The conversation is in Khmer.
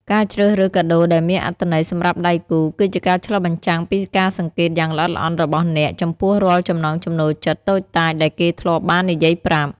ការជ្រើសរើសកាដូដែលមានអត្ថន័យសម្រាប់ដៃគូ គឺជាការឆ្លុះបញ្ចាំងពីការសង្កេតយ៉ាងល្អិតល្អន់របស់អ្នក ចំពោះរាល់ចំណង់ចំណូលចិត្តតូចតាចដែលគេធ្លាប់បាននិយាយប្រាប់។